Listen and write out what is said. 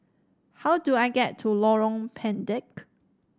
how do I get to Lorong Pendek